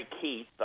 Keith